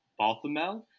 Balthamel